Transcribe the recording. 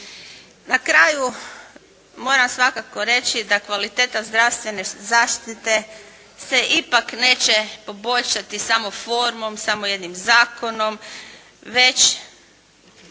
Na kraju moram svakako reći da kvaliteta zdravstvene zaštite se ipak neće poboljšati samo formom, samo jednim zakonom već